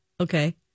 okay